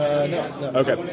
Okay